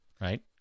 right